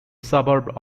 suburb